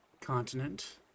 continent